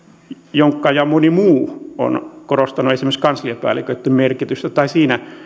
jonkka ja moni muu ovat korostaneet esimerkiksi kansliapäälliköitten tai